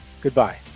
Goodbye